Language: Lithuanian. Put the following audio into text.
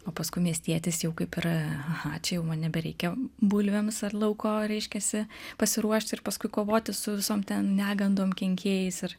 o paskui miestietis jau kaip ir aha čia jau man nebereikia bulvėms ar lauko reiškiasi pasiruošti ir paskui kovoti su visom negandom kenkėjais ir